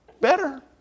better